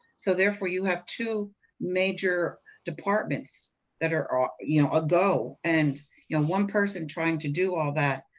so therefore you have two major departments that are you know, a go, and yeah one person trying to do all that,